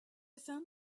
found